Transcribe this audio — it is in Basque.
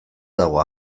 dago